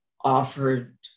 offered